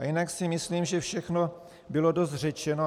Jinak si myslím, že všechno bylo dost řečeno.